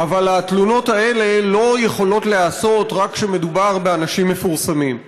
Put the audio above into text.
אבל התלונות האלה לא יכולות להיעשות רק כשמדובר באנשים מפורסמים.